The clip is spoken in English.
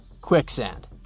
quicksand